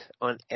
on